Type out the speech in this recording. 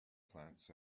plants